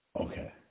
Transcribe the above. Okay